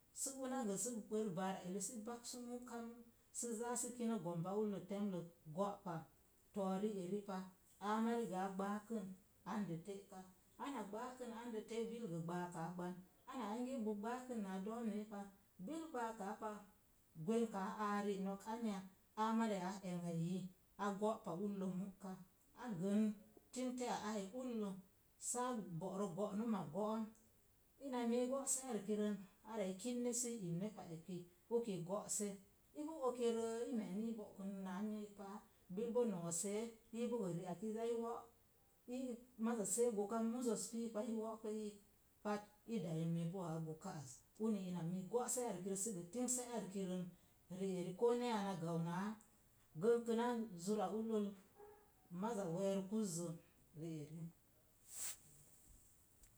Sə bonagə si bərk baara eli bagsu mu'ka mu’ sə zaa sə kinə gomba ullə temlə go̱'pa, to̱o̱ ri'eri pa, a marisə a gbaakən andə te'ka. Ana gbaakən andə te’ bil gə gbaakaa gban. Ana ange bo gbaakən naa do̱o̱mei pa, bil gbaaka pa, gwenkaa aari, nok anya? Aa mariya á e̱ngnaiyi, a go'pa lellə a gən timteya aai ullo saa go̱'rə go̱'num go’ om. Ina mii go'se arkirən, ara i kiwiz sii ipne pa eki uki go̱'se. Ipu okerə, i me̱e̱ ni i bo̱'kən naa miik pa, bil boo no̱o̱see, ii gə ri'ak i zaai wo'. Ii maza see goka koo muzəz pii pa i wokə rii pat i doye mii boo a'a goka az. uni ina mii go̱'se arkirə səg tinse arkirən. Ri'en koo neeya na sau naa gənkəna zura ullol maza we̱e̱rəkuzzə